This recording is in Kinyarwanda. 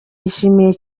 yishimiye